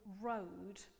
road